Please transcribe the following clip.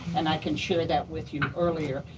and i couldn't share that with you earlier,